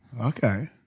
okay